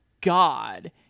God